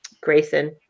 Grayson